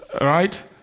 Right